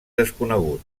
desconegut